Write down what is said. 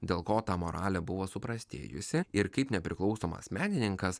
dėl ko ta moralė buvo suprastėjusi ir kaip nepriklausomas menininkas